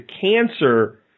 cancer